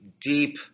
deep